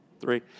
Three